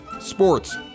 sports